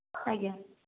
ଆଜ୍ଞା